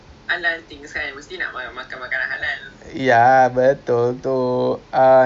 kalau you nak segway fun ride for five hundred meters it's fifteen token